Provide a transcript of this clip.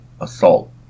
assault